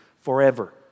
forever